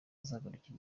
azagarukira